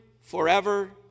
forever